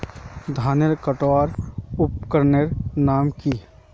धानेर कटवार उपकरनेर नाम की?